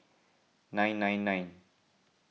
nine nine nine